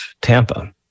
Tampa